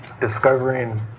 discovering